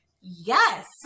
yes